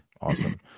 Awesome